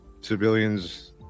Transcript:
civilians